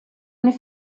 seine